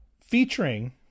featuring